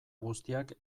guztiak